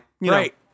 Right